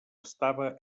estava